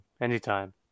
anytime